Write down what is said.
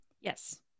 Yes